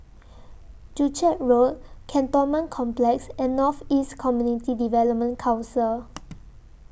Joo Chiat Road Cantonment Complex and North East Community Development Council